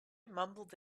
mumbled